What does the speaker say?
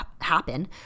happen